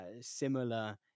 similar